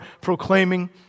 proclaiming